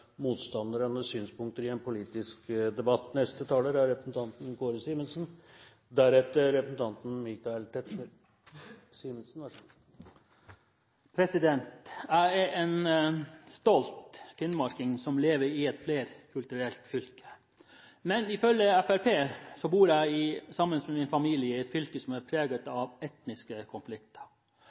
med synspunkter i en politisk debatt. Jeg er en stolt finnmarking som lever i et flerkulturelt fylke. Men ifølge Fremskrittspartiet bor jeg sammen med min familie i et fylke som er preget av etniske konflikter.